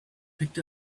picked